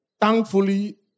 thankfully